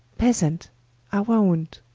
pezant auant.